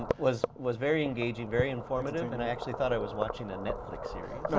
um was was very engaging, very informative and i actually thought i was watching a netflix series.